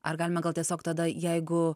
ar galime gal tiesiog tada jeigu